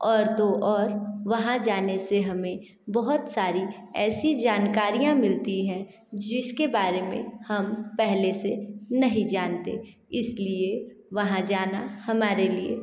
और तो और वहाँ जाने से हमें बहुत सारी ऐसी जानकारियाँ मिलती हैं जिसके बारे में हम पहले से नहीं जानते इसलिए वहाँ जाना हमारे लिए